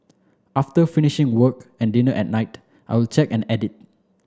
after finishing work and dinner at night I will check and edit